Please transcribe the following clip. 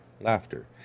laughter